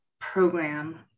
program